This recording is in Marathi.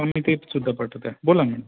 हो मी तेसुद्धा पाठवतो आहे बोला मॅडम